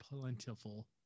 plentiful